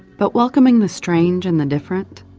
but welcoming the strange and the different,